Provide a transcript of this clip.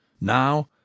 Now